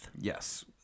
Yes